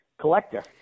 collector